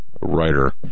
writer